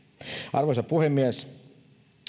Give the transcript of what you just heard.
arvoisa puhemies